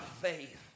faith